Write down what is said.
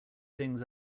things